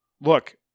look –